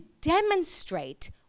demonstrate